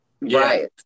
Right